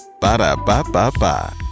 Ba-da-ba-ba-ba